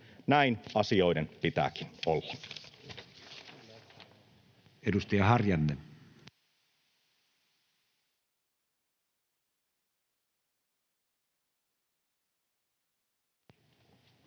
Näin asioiden pitääkin olla.